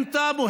עם טאבו.